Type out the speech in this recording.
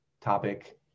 topic